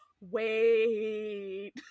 Wait